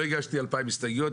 לא הגשתי 2,000 הסתייגויות,